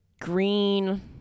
green